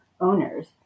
owners